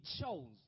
chosen